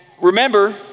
remember